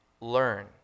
learn